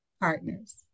partners